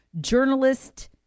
journalist